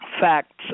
facts